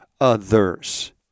others